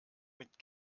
mit